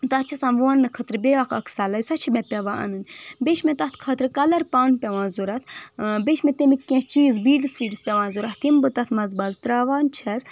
تَتھ چھ آسان ووننہٕ خٲطرٕ بیٚیہِ اکھ سَلاے سۄ چھِ مےٚ پیٚوان اَنٕنۍ بٚییہِ چھِ مےٚ تَتھ خٲطرٕ کَلر پن پیوان ضروٗرَت بیٚیہِ چھِ مےٚ تَمیکۍ کیٚنٛہہ چیٖز بیٖڈٕس ویٖڈٕس پیٚوان ضروٗرَت یِم بہٕ تَتھ منٛز حظ تراوان چھَس